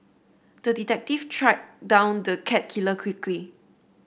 the detective tracked down the cat killer quickly